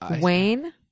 Wayne